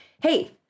hey